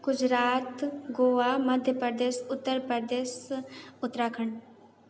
Gujarat Goa Madhya Pradesh Uttar Pradesh Uttarakhand